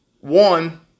One